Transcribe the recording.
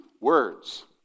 words